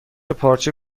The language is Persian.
پارچه